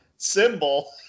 symbol